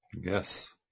Yes